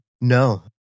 No